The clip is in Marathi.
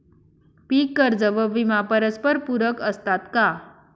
पीक कर्ज व विमा परस्परपूरक असतात का?